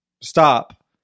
stop